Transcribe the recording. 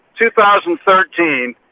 2013